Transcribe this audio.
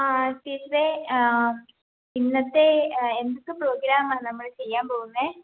ആ ടീച്ചറേ ഇന്നത്തെ എന്തൊക്കെ പ്രോഗ്രാമാ നമ്മൾ ചെയ്യാൻ പോവുന്നെ